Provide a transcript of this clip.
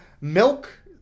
milk